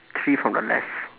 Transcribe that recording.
three from the left